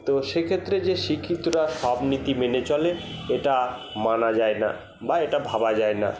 তো সেক্ষেত্রে যে শিক্ষিতরা সব নীতি মেনে চলে এটা মানা যায় না বা এটা ভাবা যায় না